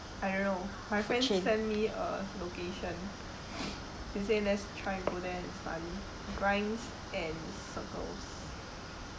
I don't know my friend send me a location they say let's try go there and have fun grinds and circles